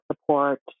support